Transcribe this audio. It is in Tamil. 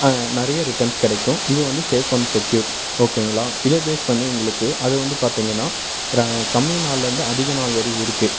நிறைய ரிட்டன்ஸ் கிடைக்கும் இது வந்து சேஃப் அண்ட் செக்யூர் ஓகேங்களா இதை பேஸ் பண்ணி உங்களுக்கு அது வந்து பார்த்தீங்கன்னா ர கம்மி நாள்லருந்து அதிக நாள் வரையும் இருக்கு